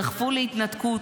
דחפו להתנתקות,